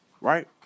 right